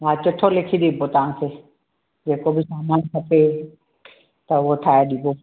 हा चिठो लिखी ॾिबो तव्हांखे जेको बि सामान खपे त उहो ठाहे ॾिबो